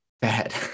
bad